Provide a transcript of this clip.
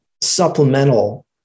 supplemental